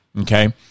okay